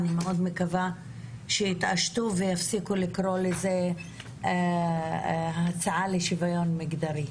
אני מקווה מאוד שיתעשתו ויפסיקו לקרוא לזה "הצעה לשוויון מגדרי",